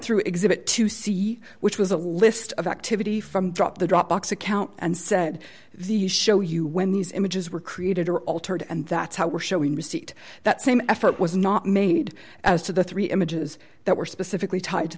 through exhibit to see which was a list of activity from drop the drop box account and said the show you when these images were created or altered and that's how we're showing receipt that same effort was not made as to the three images that were specifically tied to